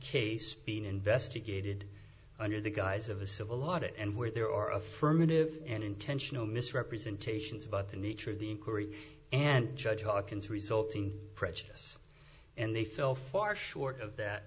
case being investigated under the guise of a civil law to it and where there are affirmative and intentional misrepresentations about the nature of the inquiry and judge hawkins resulting prejudice and they fell far short of that